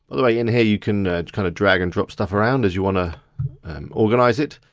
the way, in here, you can kind of drag and drop stuff around as you wanna organise it.